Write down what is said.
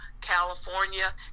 California